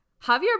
Javier